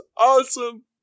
awesome